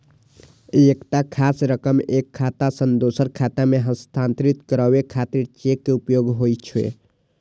एकटा खास रकम एक खाता सं दोसर खाता मे हस्तांतरित करै खातिर चेक के उपयोग होइ छै